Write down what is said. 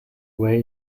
way